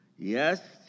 Yes